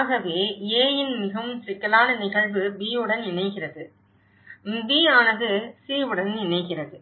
ஆகவே A இன் மிகவும் சிக்கலான நிகழ்வு B உடன் இணைகிறது B ஆனது C உடன் இணைகிறது